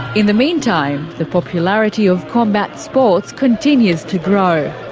in the meantime, the popularity of combat sports continues to grow.